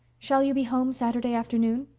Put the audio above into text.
shall you be home saturday afternoon?